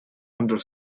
under